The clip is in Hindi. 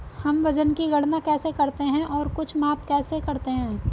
हम वजन की गणना कैसे करते हैं और कुछ माप कैसे करते हैं?